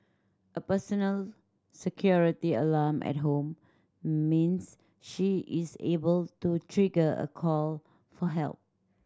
a personal security alarm at home means she is able to trigger a call for help